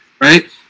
Right